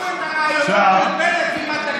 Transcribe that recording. הדגים היום התלוננו שכשעטפו את הראיונות של בנט עם הדגים,